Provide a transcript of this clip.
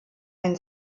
ein